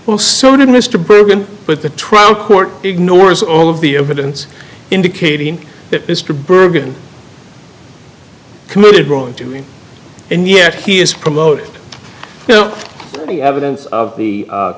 well so did mr bergen but the trial court ignores all of the evidence indicating that mr bergen committed wrongdoing and yet he is promote no evidence of the